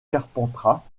carpentras